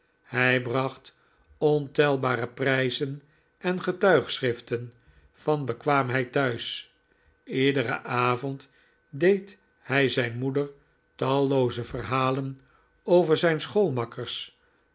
hij bracht ontelbare prijzen en getuigschriften van bekwaamheid thuis iederen avond deed hij zijn moeder tallooze verhalen over zijn schoolmakkers